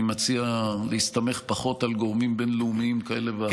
אני מציע להסתמך פחות על גורמים בין-לאומיים כאלה ואחרים.